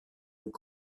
aux